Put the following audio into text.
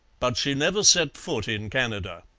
but she never set foot in canada.